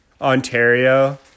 Ontario